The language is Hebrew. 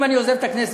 אם אני עוזב את הכנסת,